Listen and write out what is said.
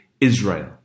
Israel